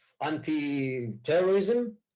Anti-Terrorism